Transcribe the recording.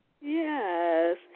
Yes